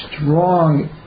strong